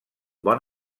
bon